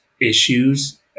issues